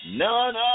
None